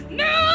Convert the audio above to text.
no